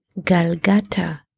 Galgata